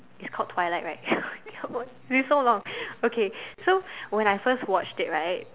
it's called twilight right it is so long okay so when I first watched it right